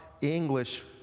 English